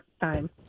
time